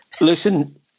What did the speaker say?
Listen